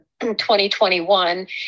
2021